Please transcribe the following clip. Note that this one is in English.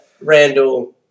Randall